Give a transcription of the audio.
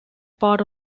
part